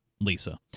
Lisa